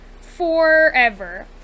forever